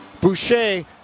boucher